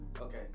Okay